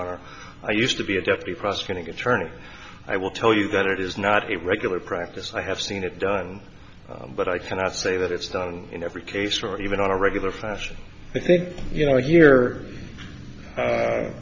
are i used to be a deputy prosecuting attorney i will tell you that it is not a regular practice i have seen it done but i cannot say that it's done in every case or even on a regular fashion i think you know